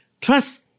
Trust